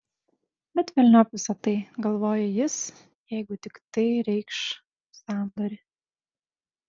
bet velniop visa tai galvojo jis jeigu tik tai reikš sandorį